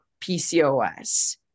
pcos